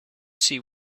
see